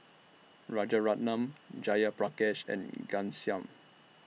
Rajaratnam Jayaprakash and Ghanshyam